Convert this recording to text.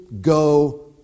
go